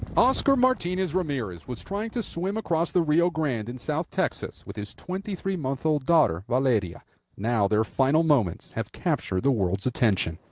oscar martinez ramirez was trying to swim across the rio grande in south texas with his twenty three mo old daughter. but yeah now their final moments have captured the world's attention.